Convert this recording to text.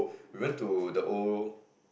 we went to the old